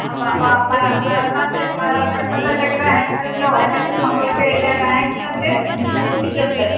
മരണത്തിൽ പെട്ടന്ന് എന്തെങ്കിലും ആക്സിഡെന്റോ എന്തെങ്കിലും സംഭവിച്ചു കഴിഞ്ഞാൽ ആക്സിഡെന്റ് ബെനിഫിറ്റുണ്ട്